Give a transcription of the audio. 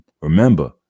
Remember